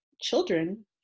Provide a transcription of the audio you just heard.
children